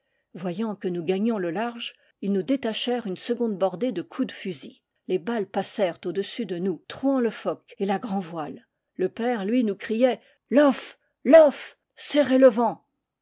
voyant que nous gagnions le large ils nous détachèrent une seconde bordée de coups de fusil les balles passèrent au-dessus de nous trouant le foc et la grand'voile le père lui nous criait lofe lofe serrez le vent